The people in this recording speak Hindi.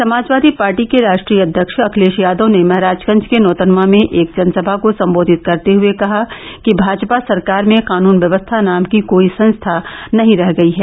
समाजवादी पार्टी के राश्ट्रीय अध्यक्ष अखिलेष यादव ने महराजगंज के नौतनवां में एक जनसंभा को सम्बोधित करते हये कहा कि भाजपा सरकार में कानून व्यवस्था नाम की कोई संस्था नही रह गयी है